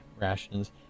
rations